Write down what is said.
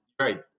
right